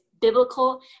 biblical